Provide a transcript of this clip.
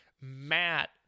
Matt